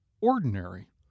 ordinary